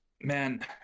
man